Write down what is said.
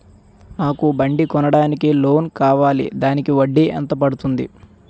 నాకు బండి కొనడానికి లోన్ కావాలిదానికి వడ్డీ ఎంత పడుతుంది?